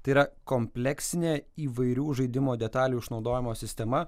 tai yra kompleksinė įvairių žaidimo detalių išnaudojimo sistema